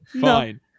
fine